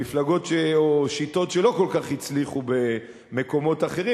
במפלגות או שיטות שלא כל כך הצליחו במקומות אחרים,